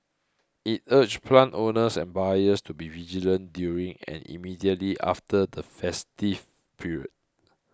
it urged plant owners and buyers to be vigilant during and immediately after the festive period